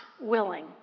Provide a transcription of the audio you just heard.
willing